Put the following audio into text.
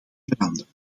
verandert